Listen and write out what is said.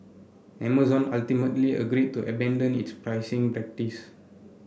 Amazon ultimately agreed to abandon its pricing practice